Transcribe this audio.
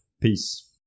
Peace